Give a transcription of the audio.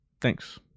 Thanks